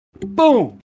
boom